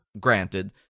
granted